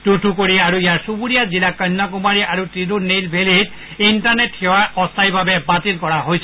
টুথুকুড়ি আৰু ইয়াৰ চুবুৰীয়া জিলা কন্যাকুমাৰী আৰু টিৰুনেইলভেলীত ইণ্টাৰনেট সেৱা অস্থায়ীভাৱে বাতিল কৰা হৈছে